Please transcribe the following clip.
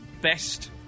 best